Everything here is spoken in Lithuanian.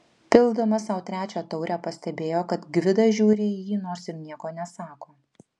pildamas sau trečią taurę pastebėjo kad gvidas žiūri į jį nors ir nieko nesako